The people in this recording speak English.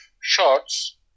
shorts